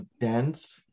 dense